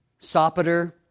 Sopater